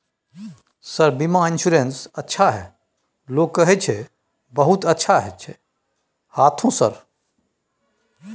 Sir बीमा insurance अच्छा है लोग कहै छै बहुत अच्छा है हाँथो सर?